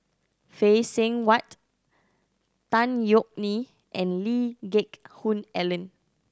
Phay Seng Whatt Tan Yeok Nee and Lee Geck Hoon Ellen